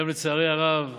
היום, לצערי הרב,